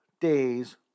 days